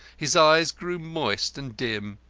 his eyes grew moist and dim.